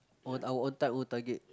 on our own time own target